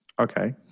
Okay